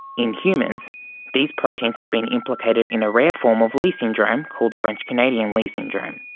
in humans these proteins have been implicated in a rare form of leigh syndrome called french-canadian leigh syndrome.